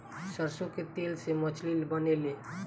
सरसों के तेल से मछली बनेले